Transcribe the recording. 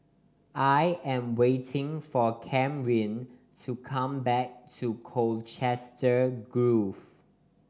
I am waiting for Camryn to come back to Colchester Grove